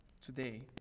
today